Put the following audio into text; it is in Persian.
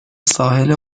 ساحل